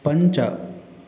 पञ्च